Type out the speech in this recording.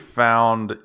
found